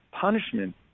punishment